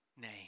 name